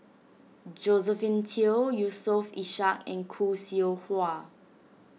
Josephine Teo Yusof Ishak and Khoo Seow Hwa